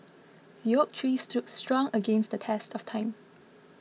the oak tree stood strong against the test of time